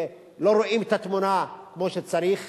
ולא רואים את התמונה כמו שצריך.